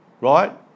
Right